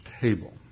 table